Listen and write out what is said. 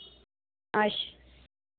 अच्छ